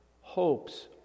hopes